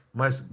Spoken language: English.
mas